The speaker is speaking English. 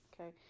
Okay